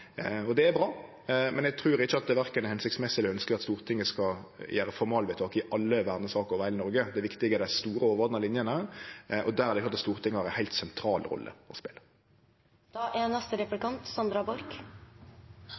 og det er bra. Men eg trur ikkje at det er verken hensiktsmessig eller ønskjeleg at Stortinget skal gjere formalvedtak i alle vernesaker over heile Noreg. Det viktige er dei store overordna linjene, og der har Stortinget ei heilt sentral rolle å